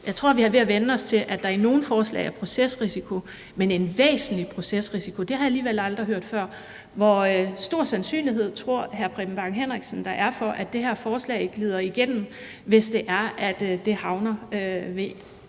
Jeg tror, at vi er ved at vænne os til, at der i nogle forslag er procesrisiko, men en væsentlig procesrisiko har jeg alligevel aldrig hørt før. Hvor stor sandsynlighed tror hr. Preben Bang Henriksen der er for, at det her forslag glider igennem, hvis det er, at det havner ved